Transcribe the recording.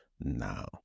now